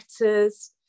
letters